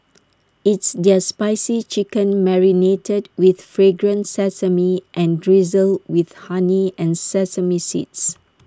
it's their spicy chicken marinated with fragrant sesame and drizzled with honey and sesame seeds